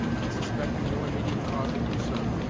and suspecting no immediate cause of concern,